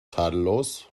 tadellos